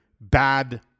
bad